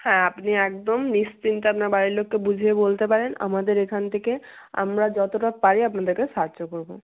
হ্যাঁ আপনি একদম নিশ্চিন্তে আপনার বাড়ির লোককে বুঝিয়ে বলতে পারেন আমাদের এখান থেকে আমরা যতটা পারি আপনাদেরকে সাহায্য করব